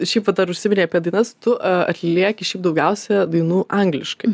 šiaip vat dar užsiminei apie dainas tu atlieki šiaip daugiausia dainų angliškai